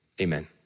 amen